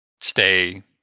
stay